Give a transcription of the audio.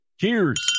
Cheers